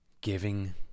Giving